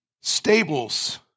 Stables